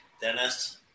Dennis